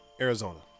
Arizona